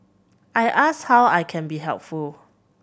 I ask how I can be helpful